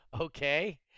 okay